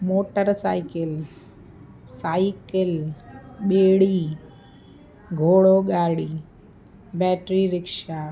motor cycle cycle ॿेड़ी घोड़ो गाॾी बैटरी रिक्शा